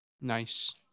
Nice